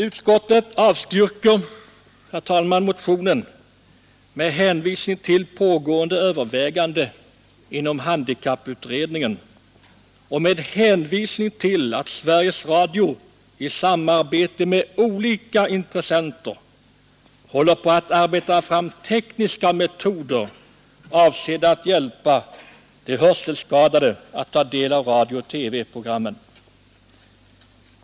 Utskottet avstyrker, herr talman, motionen med hänvisning till pågående överväganden inom handikapputredningen och med hänvisning till att Sveriges Radio i samråd med olika intressenter håller på att arbeta fram tekniska metoder avsedda att hjälpa de hörselskadade att ta del av radiooch TV-programmen.